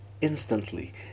instantly